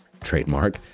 trademark